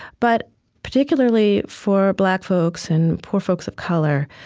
but particularly for black folks and poor folks of color,